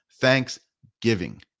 Thanksgiving